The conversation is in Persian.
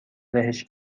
لهش